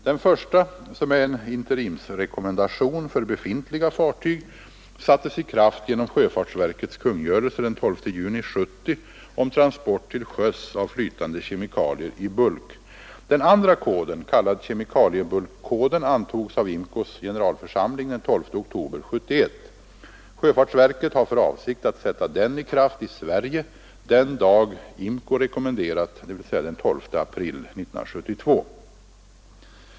Den första, som är en interimsrekommendation för befintliga fartyg, sattes i kraft genom sjöfartsverkets kungörelse den 12 juni 1970 om transport till sjöss av flytande kemikalier i bulk. Den andra koden, kallad kemikaliebulkkoden, antogs av IMCO:s generalförsamling den 12 oktober 1971. Sjöfartsverket har för avsikt att sätta den i kraft i Sverige den dag IMCO rekommenderat, dvs. den 12 april 1972.